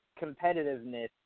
competitiveness